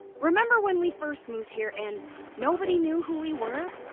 remember when we first moved here, and no body knew who we were?